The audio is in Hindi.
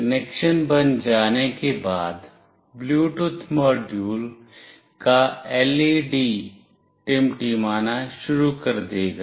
कनेक्शन बन जाने के बाद ब्लूटूथ मॉड्यूल का LED टिमटिमाना शुरू कर देगा